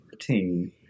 team